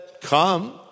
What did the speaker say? come